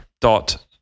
dot